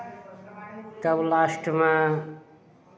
तब लास्टमे